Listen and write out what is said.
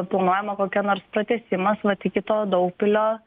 planuojama kokia nors pratęsimas vat iki to daugpilio